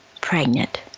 pregnant